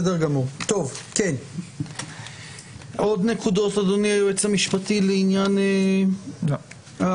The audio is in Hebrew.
יש עוד נקודות אדוני היועץ המשפטי לעניין המסים?